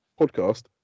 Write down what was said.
podcast